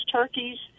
turkeys